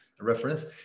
reference